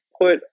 put